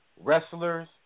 wrestlers